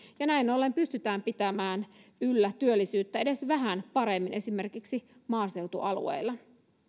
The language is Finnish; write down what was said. ja näin ollen pystytään pitämään yllä työllisyyttä edes vähän paremmin esimerkiksi maaseutualueilla